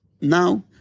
now